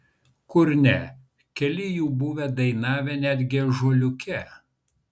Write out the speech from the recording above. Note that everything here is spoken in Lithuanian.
kur ne keli jų buvo dainavę netgi ąžuoliuke